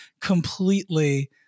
completely